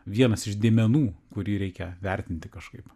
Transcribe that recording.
vienas iš dėmenų kurį reikia vertinti kažkaip